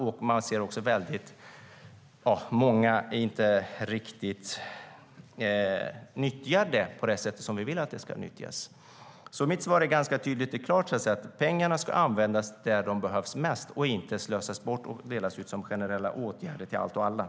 Vi ser ju att pengarna inte riktigt nyttjas på det sätt som vi vill att de ska nyttjas.